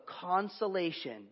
consolation